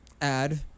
add